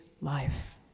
life